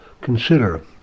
Consider